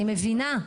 אני מבינה,